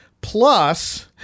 plus